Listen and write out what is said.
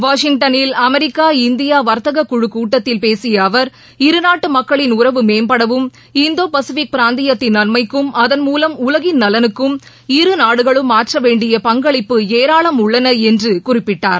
வாஷிங்டனில் அமெரிக்கா இந்தியாவர்த்தகக் குழுக் கூடத்தில் பேசியஅவர் இருநாட்டுமக்களின் உறவு மேம்படவும் இந்தோபசிபிக் பிராந்தியத்தின் நள்ஸமக்கும் அதன் மூலம் உலகின் நலனுக்கும் இரு நாடுகளும் ஆற்றவேண்டிய பங்களிப்பு ஏராளம் உள்ளனஎன்றுஅவர் குறிப்பிட்டார்